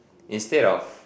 instead of